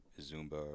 Zumba